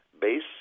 base